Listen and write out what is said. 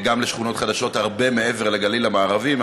גם לשכונות חדשות, הרבה מעבר לגליל המערבי.